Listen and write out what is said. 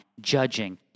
judging